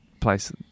place